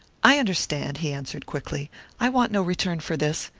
i understand, he answered, quickly i want no return for this.